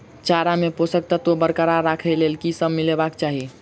चारा मे पोसक तत्व बरकरार राखै लेल की सब मिलेबाक चाहि?